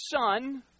son